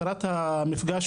הפתרונות.